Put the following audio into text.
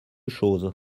chose